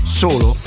solo